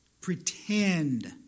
pretend